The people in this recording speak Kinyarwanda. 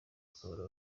twabura